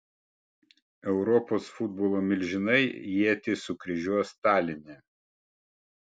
europos futbolo milžinai ietis sukryžiuos taline